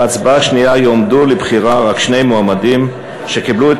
בהצבעה השנייה יועמדו לבחירה רק שני המועמדים שקיבלו את